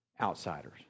outsiders